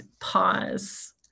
pause